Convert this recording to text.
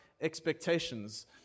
expectations